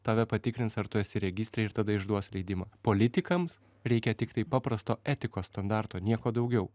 tave patikrins ar tu esi registre ir tada išduos leidimą politikams reikia tiktai paprasto etikos standarto nieko daugiau